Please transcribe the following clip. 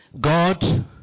God